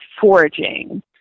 foraging